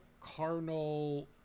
carnal